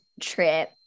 trip